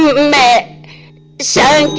but met separa